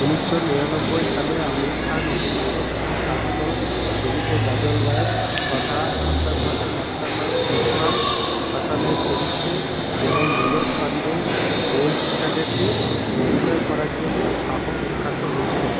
উনিশশো নিরানব্বই সালে আমির খান অভিনীত সরফরোশ ছবিতে গজল গায়ক তথা সন্ত্রাসবাদের মাস্টারমাইন্ড গুলফাম হাসানের চরিত্রে এবং নীরজ পান্ডের এ ওয়েডনেসডে তে অভিনয় করার জন্য শাহ বিখ্যাত হয়েছিলেন